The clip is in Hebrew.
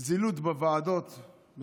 על עוד זילות בוועדות הכנסת.